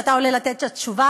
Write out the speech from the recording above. שאתה עולה לתת את התשובה.